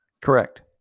Correct